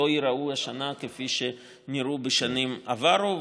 לא ייראו השנה כפי שנראו בשנים עברו.